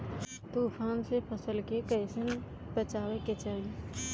तुफान से फसल के कइसे बचावे के चाहीं?